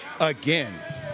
again